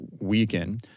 weaken